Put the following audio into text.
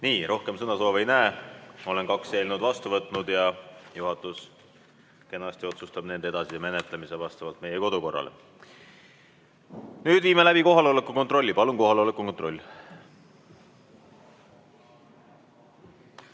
Aitäh! Rohkem sõnasoove ei näe. Olen kaks eelnõu vastu võtnud ja juhatus kenasti otsustab nende edasise menetlemise vastavalt meie kodukorrale. Nüüd viime läbi kohaloleku kontrolli. Palun kohaloleku kontroll!